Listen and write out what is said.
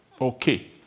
okay